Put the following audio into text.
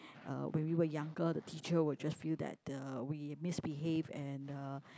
uh when we were younger the teacher will just feel that uh we misbehave and uh